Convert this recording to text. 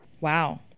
Wow